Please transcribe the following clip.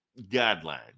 guideline